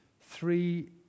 three